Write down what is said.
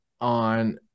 on